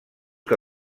que